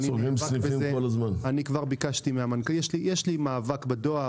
יש לי מאבק בדואר.